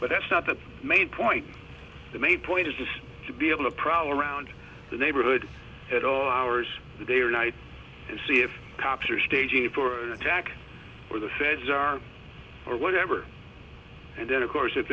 but that's not the main point the main point is just to be able to prowl around the neighborhood at all hours the day or night and see if cops are staging for attack or the feds are or whatever and then of course if